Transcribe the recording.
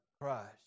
Christ